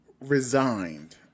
resigned